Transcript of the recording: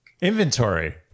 Inventory